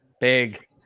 Big